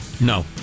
No